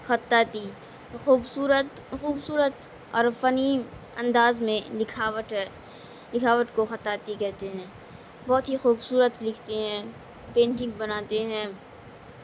خطاطی خوبصورت خوبصورت اور فنی انداز میں لکھاوٹ ہے لکھاوٹ کو خطاطی کہتے ہیں بہت ہی خوبصورت لکھتے ہیں پینٹنگ بناتے ہیں